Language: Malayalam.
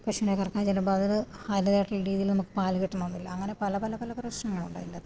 പശുവിനെ കറക്കാൻ ചെല്ലുമ്പോള് അതിന് അതിൻ്റേതായിട്ടുള്ള രീതിയില് നമുക്ക് പാല് കിട്ടണമെന്നില്ല അങ്ങനെ പല പല പല പ്രശ്നങ്ങളുണ്ടതിൻറ്റാത്